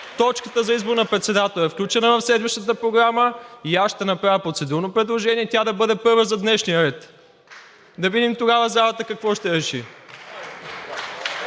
точката за избор на председател е включена в Седмичната програма и аз ще направя процедурно предложение тя да бъде първа за днешния дневен ред. Да видим тогава залата какво ще реши!